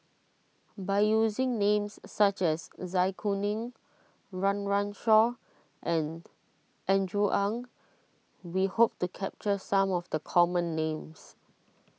by using names such as Zai Kuning Run Run Shaw and Andrew Ang we hoped capture some of the common names